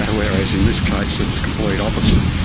whereas in this case it's the complete opposite.